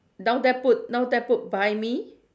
down there put down there put buy me